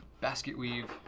Basket-weave